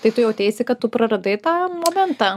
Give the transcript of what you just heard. tai tu jauteisi kad tu praradai tą momentą